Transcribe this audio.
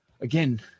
Again